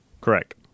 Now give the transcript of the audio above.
Correct